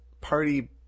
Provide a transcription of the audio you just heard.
party